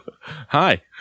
hi